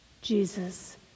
Jesus